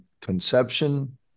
conception